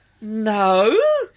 No